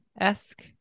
esque